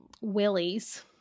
willies